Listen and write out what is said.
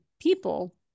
people